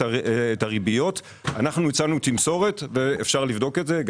הריביות אנחנו הצענו תמסורת ואפשר לבדוק את זה,